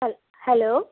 hello